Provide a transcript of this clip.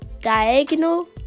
diagonal